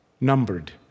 Numbered